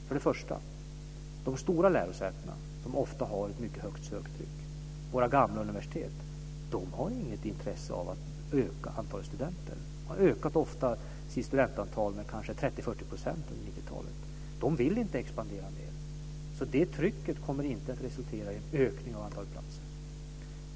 För det första har de stora lärosätena, våra gamla universitet, ett mycket högt söktryck. Men de har inget intresse av att öka antalet studenter. De har ökat sitt studentantal med 30-40 % under 90-talet. De vill inte expandera mer. Det trycket kommer inte att resultera i en ökning av antalet platser.